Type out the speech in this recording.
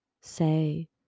Say